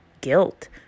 guilt